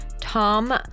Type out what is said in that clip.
Tom